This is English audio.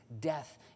death